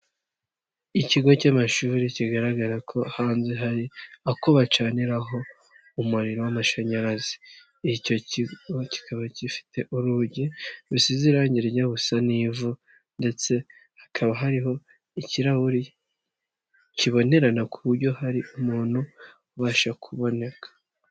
Ikigo cy'amashuri kigaragara ko hanze hari ako bacaniraho umuriro w'amashanyarazi, icyo kigo kikaba gifite urugi rusize irange rijya gusa n'ivu ndetse hakaba hariho ikirahuri kibonerana ku buryo hari umuntu ubasha kuboneka.